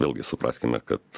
vėlgi supraskime kad